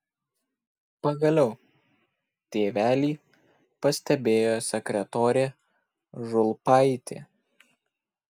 pagaliau tėvelį pastebėjo sekretorė žulpaitė